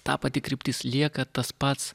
ta pati kryptis lieka tas pats